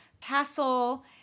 castle